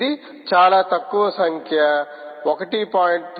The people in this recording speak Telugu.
ఇది చాలా తక్కువ సంఖ్య 1